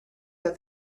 that